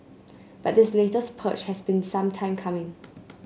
but this latest purge has been some time coming